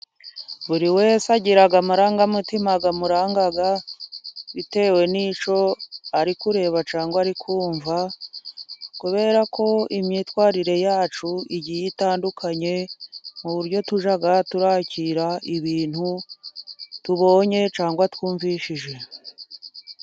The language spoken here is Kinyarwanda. Buri wese agira amarangamutima amuranga, bitewe n'icyo ari kureba cyangwa ari kumva, kubera ko imyitwarire yacu igiye itandukanye, mu buryo tujya twakira ibintu tubonye cyangwa twumvise.